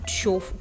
show